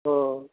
हाँ